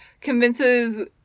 convinces-